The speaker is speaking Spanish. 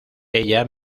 ella